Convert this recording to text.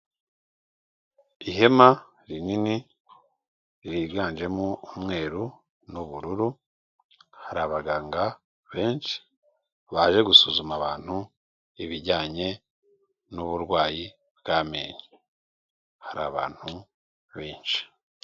Ihema rinini ryiganjemo umweru n'ubururu, hari abaganga benshi baje gusuzuma abantu ibijyanye n'uburwayi bw'amenyo, hari abantu benshi.